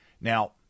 Now